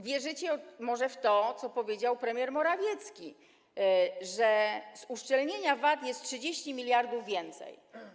Wierzycie może w to, co powiedział premier Morawiecki, że z uszczelnienia VAT jest 30 mld więcej.